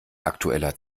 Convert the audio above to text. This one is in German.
aktueller